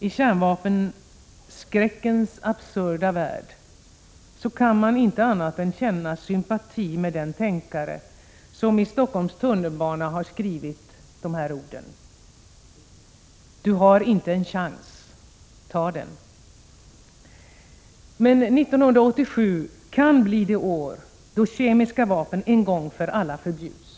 I kärnvapenskräckens absurda värld kan man inte annat än känna sympati med den tänkare som i Stockholms tunnelbana har skrivit dessa ord: Du har inte en chans — tag den! Men 1987 kan bli det år då kemiska vapen en gång för alla förbjuds.